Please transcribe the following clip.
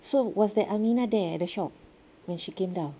so was that Aminah there at the shop when she came down